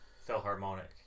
Philharmonic